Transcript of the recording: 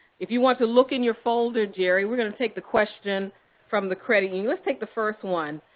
if you want to look in your folder, jerry, we're going to take the question from the credit union let's take the first one.